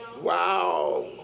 Wow